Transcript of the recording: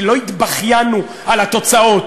כי לא התבכיינו על התוצאות.